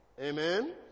Amen